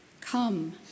Come